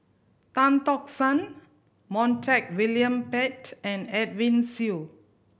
Tan Tock San Montague William Pett and Edwin Siew